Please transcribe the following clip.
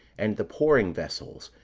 and the pouring vessels,